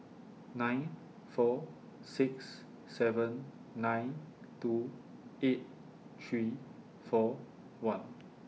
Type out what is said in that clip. nine four six seven nine two eight three four one